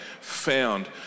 found